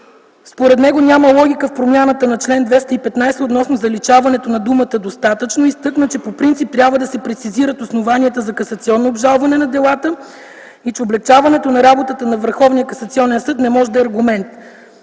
Според него няма логика в промяната на чл. 215 относно заличаването на думата „достатъчно”. Изтъкна, че по принцип трябва да се прецизират основанията за касационно обжалване на делата и че облекчаването на работата на Върховния касационен